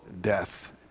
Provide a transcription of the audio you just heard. death